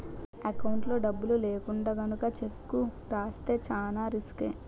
ఎకౌంట్లో డబ్బులు లేకుండా గనక చెక్కు రాస్తే చానా రిసుకే